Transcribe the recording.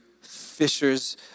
fishers